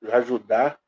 ajudar